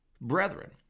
brethren